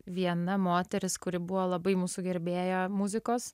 viena moteris kuri buvo labai mūsų gerbėja muzikos